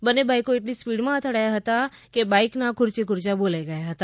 બંને બાઇકો એટલી સ્પીડમાં અથડાયા હતા કે બાઇકના ખુરચેખુરચા બોલાઇ ગયા હતા